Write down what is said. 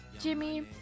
Jimmy